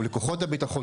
ולכוחות הבטחון,